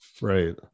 Right